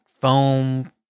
foam